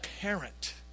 parent